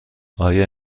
آیا